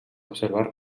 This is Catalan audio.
observar